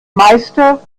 meister